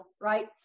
right